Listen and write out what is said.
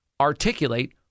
articulate